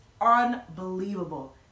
unbelievable